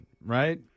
right